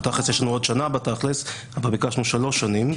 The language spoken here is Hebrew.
בתכלס יש לנו עוד שנה אבל ביקשנו שלוש שנים,